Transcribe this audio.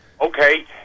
Okay